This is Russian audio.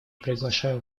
приглашаю